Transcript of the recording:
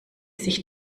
sich